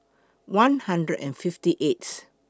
one hundred and fifty eighth